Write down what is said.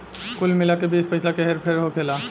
कुल मिला के बीस पइसा के हेर फेर होखेला